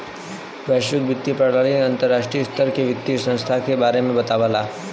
वैश्विक वित्तीय प्रणाली अंतर्राष्ट्रीय स्तर के वित्तीय संस्थान के बारे में बतावला